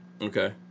Okay